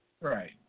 Right